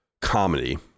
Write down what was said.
comedy